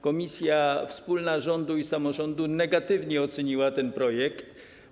Komisja wspólna rządu i samorządu negatywnie oceniła ten projekt.